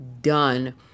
done